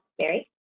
Mary